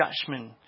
judgment